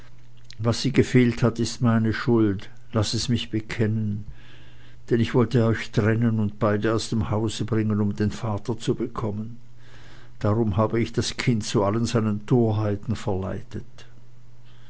was sie gefehlt hat ist meine schuld laß es mich bekennen denn ich wollte euch trennen und beide aus dem hause bringen um den vater zu bekommen darum habe ich das kind zu allen seinen torheiten verleitet